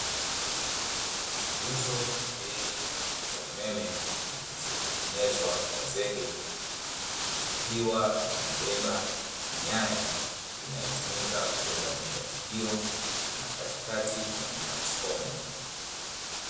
Nguzo mbili za umeme zilizotengenezwa kwa zege, zikiwa zimebeba waya unaotumika kubeba nishati hiyo; na katikati kuna transfoma.